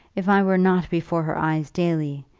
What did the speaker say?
if i were not before her eyes daily,